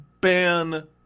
ban